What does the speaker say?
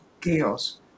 chaos